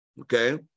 okay